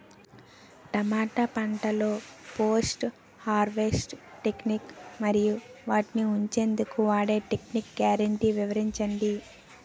టమాటా పంటలో post harvest techniques మరియు వాటిని ఉంచెందుకు వాడే టెక్నిక్స్ గ్యారంటీ వివరించండి?